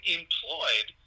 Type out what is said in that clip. employed